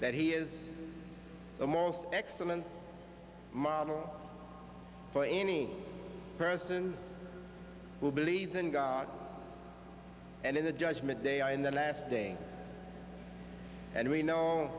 that he is a most excellent model for any person who believes in god and in the judgment day i in the last day and we know